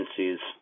agencies